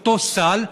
אותו סל,